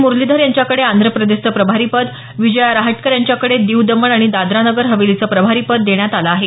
मुरलीधर यांच्याकडे आंध्र प्रदेशचं प्रभारीपद विजया रहाटकर यांच्याकडे दीव दमण आणि दादरा नगर हवेलीचं प्रभारीपद देण्यात आलं आहे